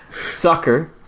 Sucker